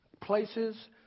places